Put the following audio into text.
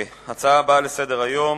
ההצעה הבאה לסדר-היום,